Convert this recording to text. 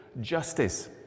justice